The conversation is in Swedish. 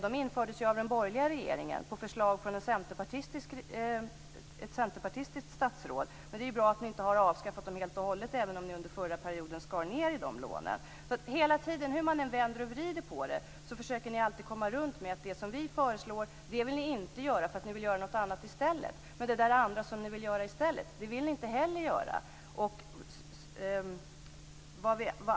De infördes av den borgerliga regeringen på förslag av ett centerpartistiskt statsråd. Det är bra att ni inte har avskaffat dem helt och hållet, även om ni under den förra mandatperioden skar ned de lånen. Hur man än vrider och vänder på det hela försöker ni alltid komma runt med att det vi föreslår vill ni inte göra eftersom ni vill göra någonting annat i stället. Det ni vill göra i stället vill ni inte heller göra.